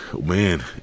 Man